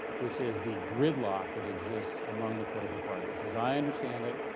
which is the gridlock that exists among the political parties. as i understand it,